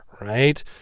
right